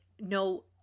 no